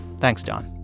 thanks, don